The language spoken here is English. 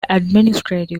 administrative